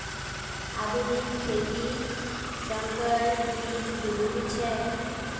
आधुनिक खेतित संकर बीज जरुरी छे